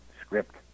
script